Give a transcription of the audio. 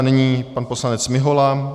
Nyní pan poslanec Mihola.